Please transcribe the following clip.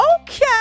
okay